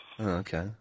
Okay